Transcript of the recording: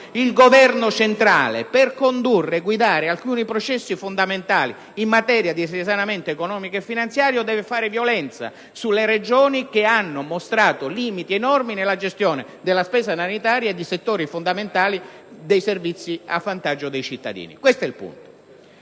il Governo centrale, per condurre e guidare alcuni processi fondamentali in materia di risanamento economico e finanziario, deve fare violenza sulle Regioni, che hanno mostrato limiti enormi nella gestione della spesa sanitaria e di settori fondamentali relativi ai servizi a vantaggio dei cittadini. Analogo fallimento